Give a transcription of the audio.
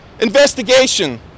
investigation